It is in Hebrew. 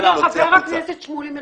חבר הכנסת שמולי מדבר.